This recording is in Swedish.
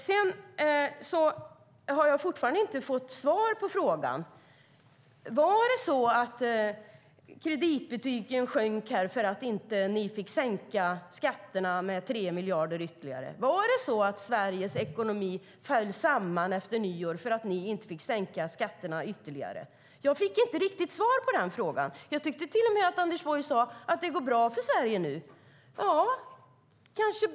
Sedan har jag fortfarande inte fått svar på frågan om det var så att kreditbetygen sjönk för att ni inte fick sänka skatterna med ytterligare 3 miljarder. Var det så att Sveriges ekonomi föll samman efter nyår för att ni inte fick sänka skatterna ytterligare? Jag fick inte riktigt svar på de frågorna. Jag tyckte till och med att Anders Borg sade att det går bra för Sverige nu.